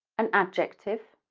an adjective,